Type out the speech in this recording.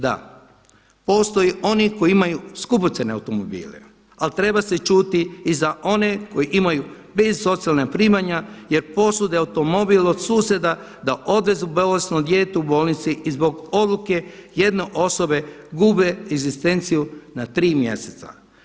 Da, postoje oni koji imaju skupocjene automobile, ali treba se čuti i za one koji imaju bez socijalna primanja jer posude automobil od susjeda da odveze bolesno dijete u bolnicu i zbog odluke jedne osobe gube egzistenciju na tri mjeseca.